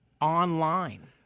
online